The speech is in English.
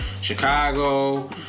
chicago